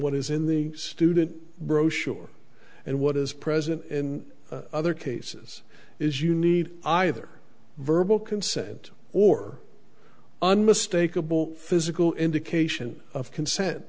what is in the student brochure and what is present in other cases is you need either verbal consent or unmistakable physical indication of consent